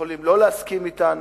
יכולים לא להסכים אתנו,